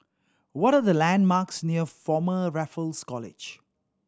what are the landmarks near Former Raffles College